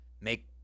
make